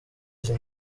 izo